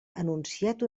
anunciat